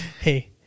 Hey